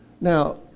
Now